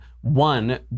One